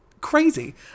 Crazy